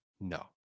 No